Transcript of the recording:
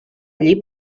allí